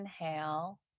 inhale